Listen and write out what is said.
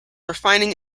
refining